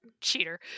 cheater